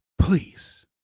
please